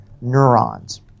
neurons